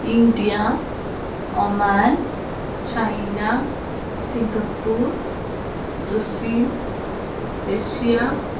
India Oman China Singapore Brazil Russia